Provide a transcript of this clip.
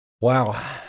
Wow